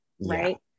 right